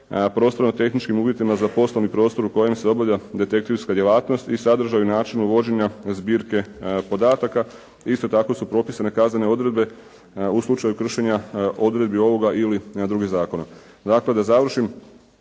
prostorno-tehničkim uvjetima za poslovni prostor u kojem se obavlja detektivska djelatnost i sadržaju i načinu vođenja zbirke podataka. Isto tako su propisane kaznene odredbe u slučaju kršenja odredbi ovoga ili drugih zakona. Dakle, da završim.